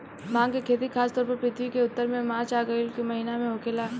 भांग के खेती खासतौर पर पृथ्वी के उत्तर में मार्च आ मई के महीना में होखेला